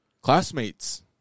classmates